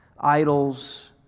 idols